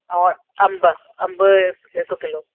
और अंब अंबु हिकु किलो